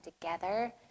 together